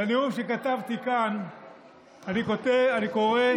לנאום שכתבתי כאן אני קורא,